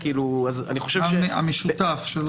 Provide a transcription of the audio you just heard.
המשותף.